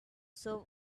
serve